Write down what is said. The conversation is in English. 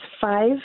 five